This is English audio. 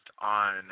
on